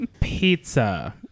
pizza